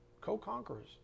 co-conquerors